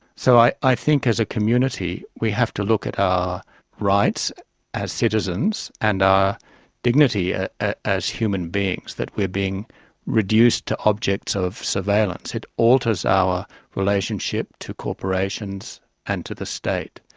so i i think as a community we have to look at our rights as citizens and our dignity ah ah as human beings that we are being reduced to objects of surveillance. it alters our relationship to corporations and to the state.